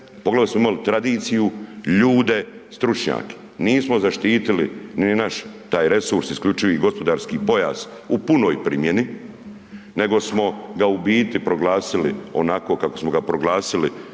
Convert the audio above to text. poglavito smo imali tradiciju, ljude stručnjake. Nismo zaštitili ni naš taj resurs IGP u punoj primjeni nego smo ga u biti proglasili onako kako smo ga proglasili